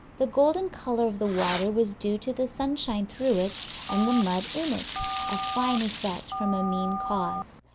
the golden color of the water was due to the sunshine through it and the mud in it a fine effect from a mean cause.